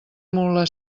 mula